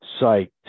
psyched